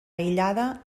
aïllada